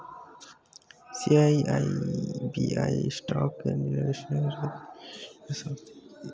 SEBI stock exchange regulation ಸಂಸ್ಥೆ ಆಗಿದೆ